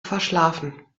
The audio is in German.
verschlafen